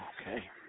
okay